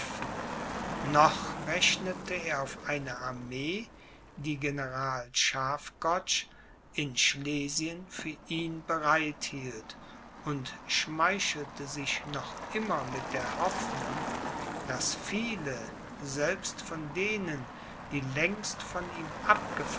noch rechnete er auf eine armee die general schafgotsch in schlesien für ihn bereit hielt und schmeichelte sich noch immer mit der hoffnung daß viele selbst von denen die längst von ihm